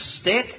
state